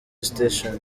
station